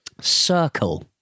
Circle